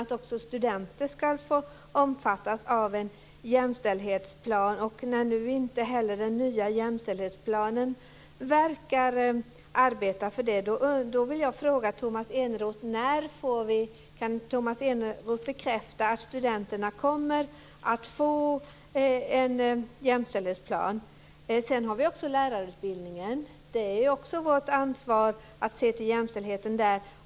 Studenter borde också få omfattas av en jämställdhetsplan. När nu inte heller den nya jämställdhetsplanen verkar arbeta för detta vill jag fråga Tomas Eneroth om han kan bekräfta att studenterna kommer att få en jämställdhetsplan. Sedan finns ju också lärarutbildningen. Det är också vårt ansvar att se till jämställdheten där.